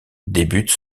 débute